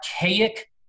archaic